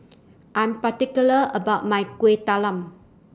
I'm particular about My Kuih Talam